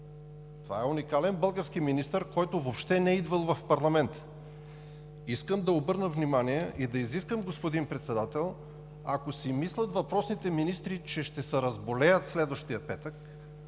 Това е уникален български министър, който въобще не е идвал в парламента. Искам да обърна внимание и да изискам, господин Председател, ако си мислят въпросните министри, че ще се разболеят следващия петък,